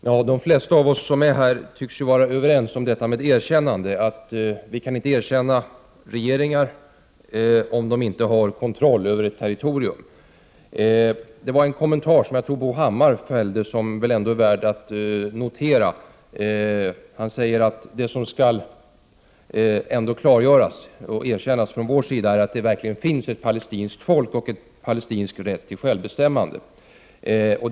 Herr talman! De flesta som är här tycks ju vara överens om att vi inte kan erkänna regeringar, om de inte har kontroll över ett territorium. Jag tror att det var Bo Hammar som gjorde en kommentar som ändå är värd att notera. Han sade att det som skall erkännas av oss är att det verkligen finns ett palestinskt folk och en palestinsk rätt till självbestämmande.